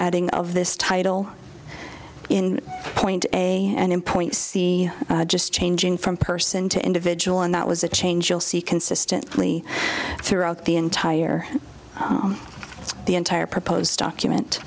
adding of this title in point a and point c just changing from person to individual and that was a change you'll see consistently throughout the entire the entire proposed document